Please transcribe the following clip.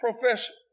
Profession